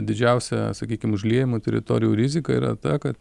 didžiausia sakykim užliejamų teritorijų rizika yra ta kad